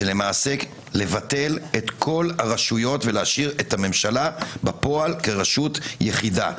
זה למעשה לבטל את כל הרשויות ולהשאיר את הממשלה בפועל כרשות יחידה.